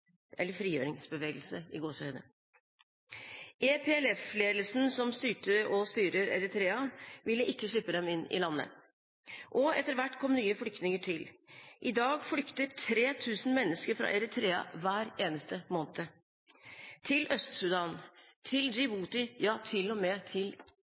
frigjøringsbevegelse. EPLF-ledelsen, som styrte og styrer Eritrea, ville ikke slippe dem inn i landet, og etter hvert kom nye flytninger til. I dag flykter 3 000 mennesker fra Eritrea hver eneste måned: til Øst-Sudan, til Djibouti, til andre naboland – til